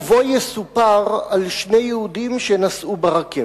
ובו יסופר על שני יהודים שנסעו ברכבת.